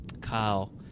Kyle